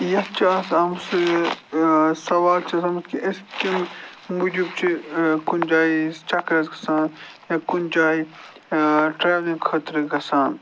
یَتھ چھُ آز آمُت سُہ سوال چھِ آز آمُت کہِ أسۍ کَمہِ موٗجوٗب چھِ کُنہِ جایہِ چَکرَس گژھان یا کُنہِ جایہِ ٹرٛیولِنٛگ خٲطرٕ گژھان